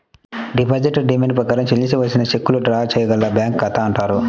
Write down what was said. depositor demand ప్రకారం చెల్లించవలసిన చెక్కులను డ్రా చేయగల బ్యాంకు ఖాతా అంటారు